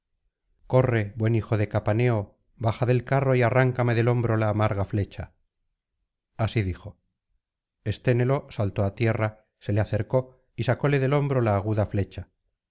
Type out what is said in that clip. corre buen hijo de capaneo baja del carro y arráncame del hombro la amarga flecha iii así dijo esténelo saltó á tierra se le acercó y sacóle del hombro la aguda flecha